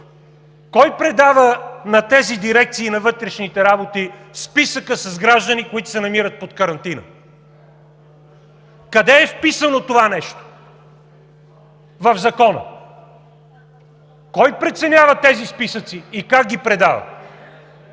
Кой предава на тези дирекции на вътрешните работи списъка с граждани, които се намират под карантина? Къде е вписано това нещо в Закона? Кой преценява тези списъци и как ги предава?